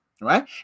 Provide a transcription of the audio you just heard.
right